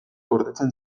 gordetzen